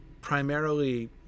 primarily